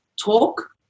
talk